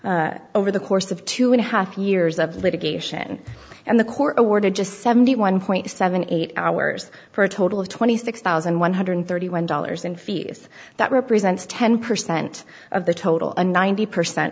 incurred over the course of two and a half years of litigation and the court awarded just seventy one seventy eight hours for a total of twenty six thousand one hundred and thirty one dollars in fees that represents ten percent of the total and ninety percent